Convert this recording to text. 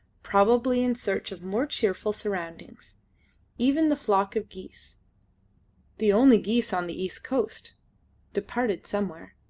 probably in search of more cheerful surroundings even the flock of geese the only geese on the east coast departed somewhere,